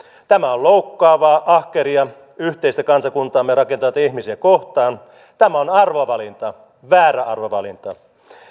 tämä on loukkaavaa ahkeria yhteistä kansakuntaamme rakentaneita ihmisiä kohtaan tämä on arvovalinta väärä arvovalinta